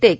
take